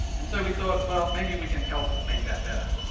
and so we thought, well, maybe we can help make that better.